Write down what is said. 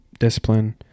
discipline